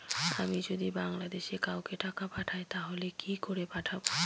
আমি যদি বাংলাদেশে কাউকে টাকা পাঠাই তাহলে কি করে পাঠাবো?